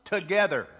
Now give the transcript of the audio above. together